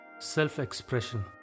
Self-expression